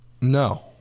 No